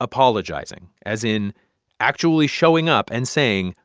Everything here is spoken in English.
apologizing, as in actually showing up and saying,